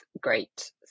great